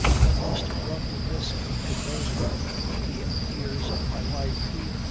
i must run the risk of conveying them to the ears of my wife, who,